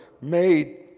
made